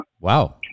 Wow